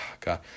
God